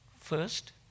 First